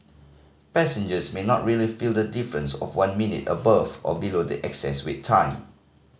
passengers may not really feel the difference of one minute above or below the excess wait time